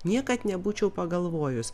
niekad nebūčiau pagalvojus